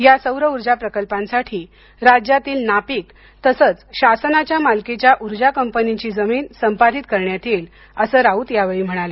या सौर ऊर्जा प्रकल्पासाठी राज्यातील नापीक तसंच शासनाच्या मालकीच्या ऊर्जा कंपनीची जमीन संपादित करण्यात येईल असं राउत यावेळी म्हणाले